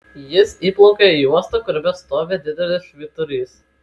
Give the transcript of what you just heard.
jis įplaukia į uostą kuriame stovi didelis švyturys